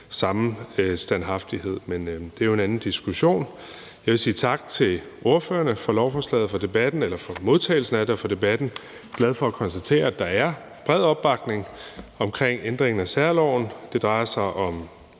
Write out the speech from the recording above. samme standhaftighed – men det er jo en anden diskussion. Jeg vil sige tak til ordførerne for modtagelsen af lovforslaget og for debatten. Jeg er glad for at konstatere, at der er bred opbakning til ændringen af særloven. Det drejer sig om